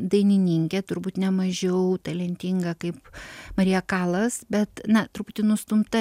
dainininkė turbūt ne mažiau talentinga kaip marija kalas bet na truputį nustumta